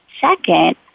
Second